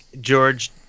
George